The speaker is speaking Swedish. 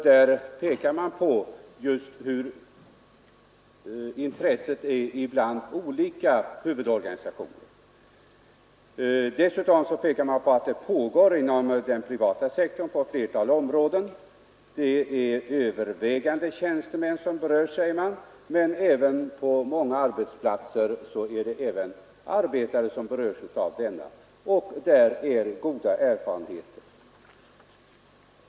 Där pekar man på olika huvudorganisationers intresse för frågan. Dessutom hänvisar man till att försök pågår på ett flertal områden inom den privata sektorn. Man uppger att det i övervägande grad är tjänstemän som berörs härav men att försöken på många arbetsplatser också avser arbetare. Erfarenheterna från dessa arbetsplatser är goda.